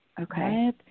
Okay